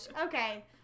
Okay